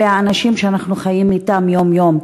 אלה האנשים שאנחנו חיים אתם יום-יום,